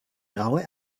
graue